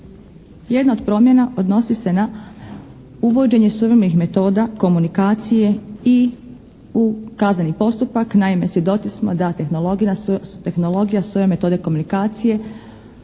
Jedna od promjena odnosi se na uvođenje suvremenih metoda komunikacije i u kazneni postupak. Naime, svjedoci smo da tehnologija suvremene metode komunikacije